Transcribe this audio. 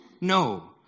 No